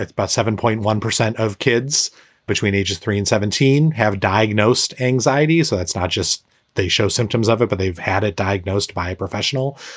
about seven point one percent of kids between ages three and seventeen have diagnosed anxiety. so it's not just they show symptoms of it, but they've had it diagnosed by a professional.